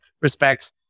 respects